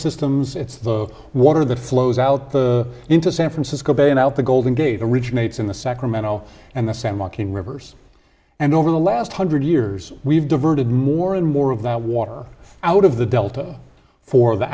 ecosystems it's the water that flows out the into san francisco bay and out the golden gate originates in the sacramento and the san joaquin rivers and over the last hundred years we've diverted more and more of that water out of the delta for the